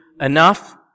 enough